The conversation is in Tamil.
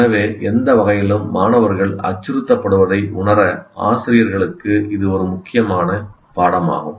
எனவே எந்த வகையிலும் மாணவர்கள் அச்சுறுத்தப்படுவதை உணர ஆசிரியர்களுக்கு இது ஒரு முக்கியமான பாடமாகும்